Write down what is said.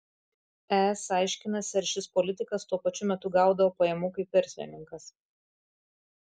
es aiškinasi ar šis politikas tuo pačiu metu gaudavo pajamų kaip verslininkas